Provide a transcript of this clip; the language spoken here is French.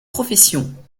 profession